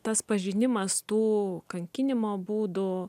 tas pažinimas tų kankinimo būdų